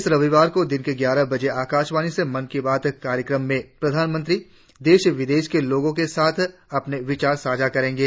इस रविवार को दिन में ग्यारह बजे आकाशवाणी से मन की बात कार्यक्रम मेम प्रधानमंत्री देश विधेश के लोगों के साथ अपने विचार साझा करेंगे